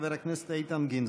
חבר הכנסת איתן גינזבורג.